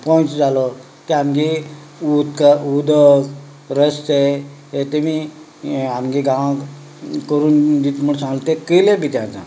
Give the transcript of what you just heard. पंच जालो ताणें आमचें उदकाचें उदक रस्ते हें ताणें हें आमच्या गांवांत करून दिता म्हूण सांगिल्लें तें केलें बी तें आतां